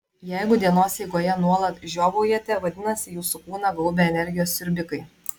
jeigu dienos eigoje nuolat žiovaujate vadinasi jūsų kūną gaubia energijos siurbikai